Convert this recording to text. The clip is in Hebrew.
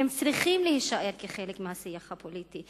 הן צריכות להישאר כחלק מהשיח הפוליטי,